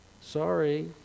Sorry